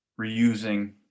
reusing